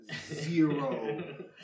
zero